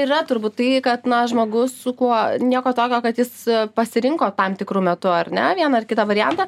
yra turbūt tai kad na žmogus su kuo nieko tokio kad jis pasirinko tam tikru metu ar ne vieną ar kitą variantą